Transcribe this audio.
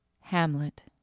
Hamlet